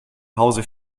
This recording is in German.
hause